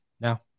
now